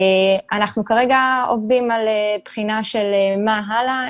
כרגע אנחנו עובדים על בחינה של מה הלאה,